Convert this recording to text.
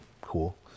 Cool